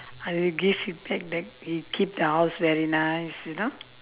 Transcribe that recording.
I will give feedback that he keep the house very nice you know